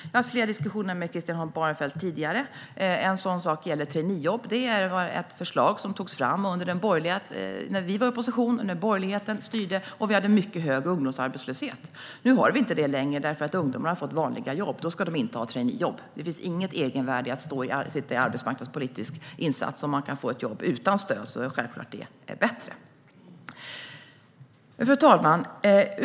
Jag har haft flera diskussioner med Christian Holm Barenfeld om detta tidigare. Traineejobben var ett förslag som togs fram när vi var i opposition. Borgerligheten styrde, och vi hade mycket hög ungdomsarbetslöshet. Nu har vi inte det längre, för ungdomarna har fått vanliga jobb. Då ska de inte ha traineejobb. Det finns inget egenvärde i att sitta i en arbetsmarknadspolitisk insats om man kan få ett jobb utan stöd, vilket självklart är bättre. Fru talman!